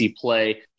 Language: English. play